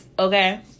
Okay